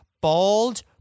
bald